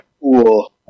cool